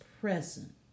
present